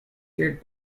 eared